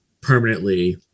permanently